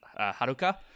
Haruka